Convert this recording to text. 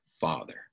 father